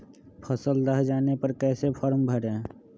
फसल दह जाने पर कैसे फॉर्म भरे?